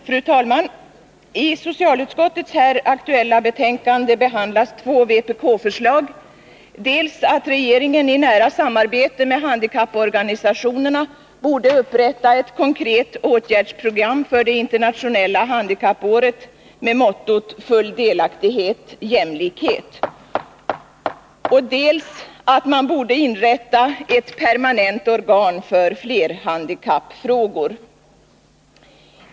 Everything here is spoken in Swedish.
Fru talman! I socialutskottets här aktuella betänkande behandlas två vpk-förslag, dels förslaget att regeringen i nära samarbete med handikapporganisationerna borde upprätta ett konkret åtgärdsprogram för det internationella handikappåret med mottot full delaktighet i fråga om jämlikhet, dels förslaget att man borde inrätta ett permanent organ för flerhandikappsfrågor.